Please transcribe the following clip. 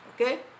Okay